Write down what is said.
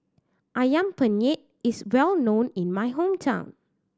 Ayam Penyet is well known in my hometown